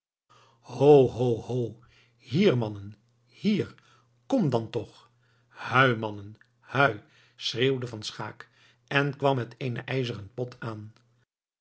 ho hier mannen hier komt dan toch hui mannen hui schreeuwde van schaeck en kwam met eenen ijzeren pot aan